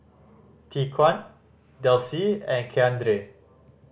Tyquan Delcie and Keandre